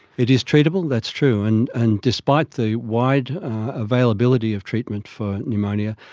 it is treatable, that's true, and and despite the wide availability of treatment for pneumonia,